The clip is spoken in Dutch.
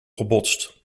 gebotst